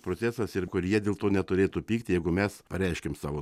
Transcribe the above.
procesas ir kur jie dėl to neturėtų pykt jeigu mes pareiškiam savo